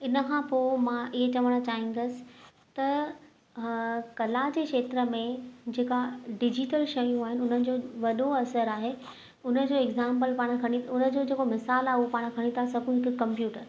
इन खां पोइ मां ईअं चवणु चाहींदसि त कला जे क्षेत्र में जेका डिजिटल शयूं आहिनि उन्हनि जो वॾो असर आहे उन जो एग्ज़ांपल पाण खणी उन जो जेको मिसाल आहे उहो पाण खणी था सघूं त कंप्यूटर